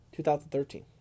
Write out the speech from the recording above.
2013